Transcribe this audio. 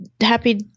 Happy